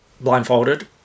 blindfolded